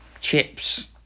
chips